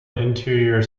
interior